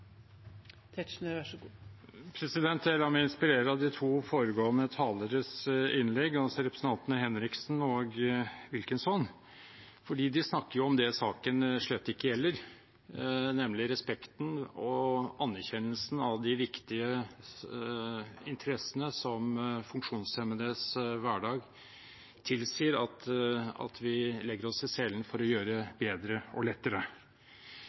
meg inspirere av de to foregående taleres innlegg, altså representantene Henriksen og Wilkinson. De snakker om det saken slett ikke gjelder, nemlig respekten og anerkjennelsen av de viktige interessene som funksjonshemmedes hverdag tilsier at vi legger oss i selen for å gjøre bedre og lettere.